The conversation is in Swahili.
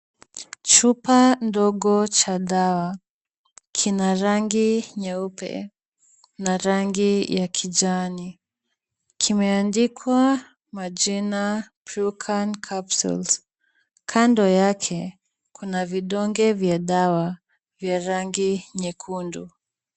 Chupa ndogo cha dawa kina rangi nyeupe na rangi ya kijani. Kimeandikwa majina precan capsules . Kando yake kuna vidonge vya dawa vya rangi nyekundu.